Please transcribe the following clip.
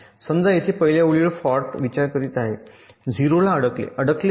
समजा येथे मी पहिल्या ओळीवर फॉल्ट विचार करीत आहे ० ला अडकले अडकले १